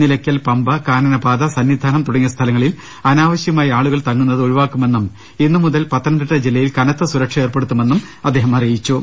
നിലയ്ക്കൽ പമ്പ കാനനപാത സന്നിധാനം തുടങ്ങിയ സ്ഥലങ്ങളിൽ അനാവശ്യമായി ആളുകൾ തങ്ങുന്നത് ഒഴിവാക്കുമെന്നും ഇന്ന് മുതൽ പത്ത നംതിട്ട ജില്ലയിൽ കനത്ത സുരക്ഷ ഏർപ്പെടുത്തുമെന്നും അദ്ദേഹം പറഞ്ഞു